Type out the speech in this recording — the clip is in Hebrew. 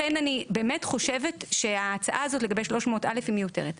לכן אני באמת חושבת שההצעה הזאת לגבי 300 א' היא מיותרת.